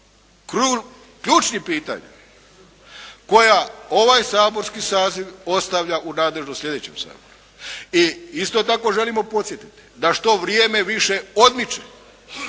ključnih pitanja koja ovaj saborski saziv ostavlja u rad u sljedećem Saboru. I isto tako želimo podsjetiti da što vrijeme više odmiče